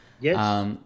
yes